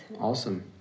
Awesome